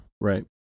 right